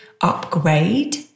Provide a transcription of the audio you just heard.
upgrade